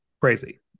crazy